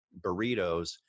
burritos